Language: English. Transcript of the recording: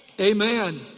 Amen